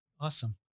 Awesome